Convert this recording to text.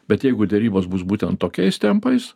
bet jeigu derybos bus būtent tokiais tempais